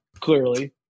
clearly